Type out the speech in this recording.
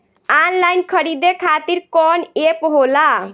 Online खरीदे खातीर कौन एप होला?